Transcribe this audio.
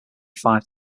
five